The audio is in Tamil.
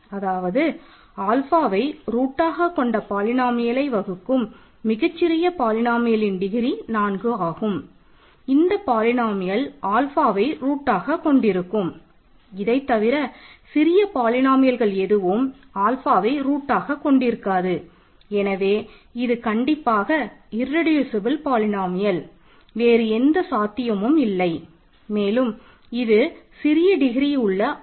அதாவது Q ஆல்ஃபா என்று சொல்லுகிறோம்